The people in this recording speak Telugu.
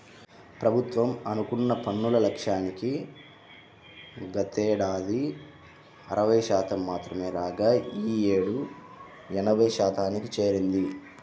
ప్రభుత్వం అనుకున్న పన్నుల లక్ష్యానికి గతేడాది అరవై శాతం మాత్రమే రాగా ఈ యేడు ఎనభై శాతానికి చేరింది